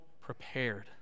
prepared